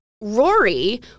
Rory